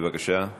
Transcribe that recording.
בבקשה.